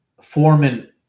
foreman